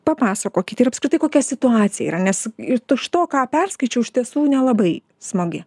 papasakokit ir apskritai kokia situacija yra nes iš to ką perskaičiau iš tiesų nelabai smagi